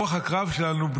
רוח הקרב שלנו,